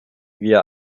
wir